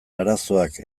arazoak